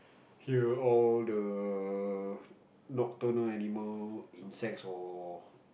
hear all the nocturnal animal insects or